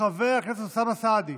חבר הכנסת אוסאמה סעדי.